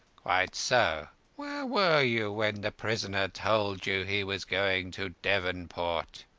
quite so. where were you when the prisoner told you he was going to devonport?